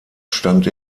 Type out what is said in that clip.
stand